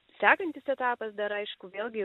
sekantis etapas dar aišku vėlgi